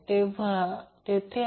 हे दोन्ही व्हेरिएबल आहेत